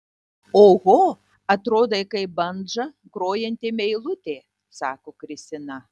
oho atrodai kaip bandža grojanti meilutė sako kristina